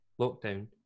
lockdown